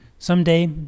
Someday